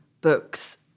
books